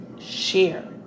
share